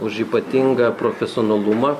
už ypatingą profesionalumą